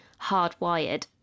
hardwired